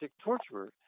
torturer